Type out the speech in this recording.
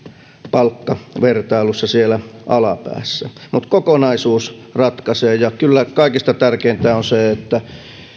palkkavertailussa siellä alapäässä mutta kokonaisuus ratkaisee ja kyllä kaikista tärkeintä on se että